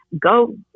Go